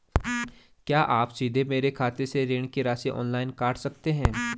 क्या आप सीधे मेरे खाते से ऋण की राशि ऑनलाइन काट सकते हैं?